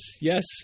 yes